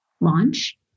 launch